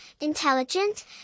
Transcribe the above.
intelligent